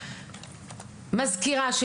מזכירה,